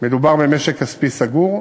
מדובר במשק כספי סגור,